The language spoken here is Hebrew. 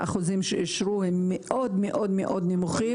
והאחוזים שאושרו מאוד מאוד נמוכים.